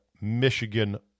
Michigan